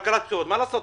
כלכלת בחירות מה לעשות,